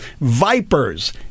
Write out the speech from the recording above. vipers